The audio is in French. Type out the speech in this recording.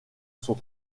sont